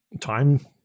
time